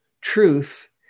truth